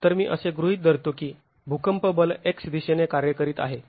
तर मी असे गृहीत धरतो की भूकंप बल x दिशेने कार्य करीत आहे